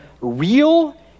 real